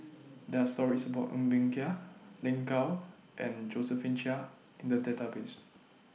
There Are stories about Ng Bee Kia Lin Gao and Josephine Chia in The Database